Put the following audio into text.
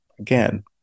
again